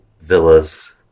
villas